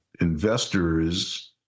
investors